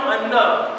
enough